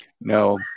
no